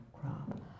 crop